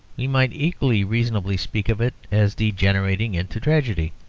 we might equally reasonably speak of it as degenerating into tragedy.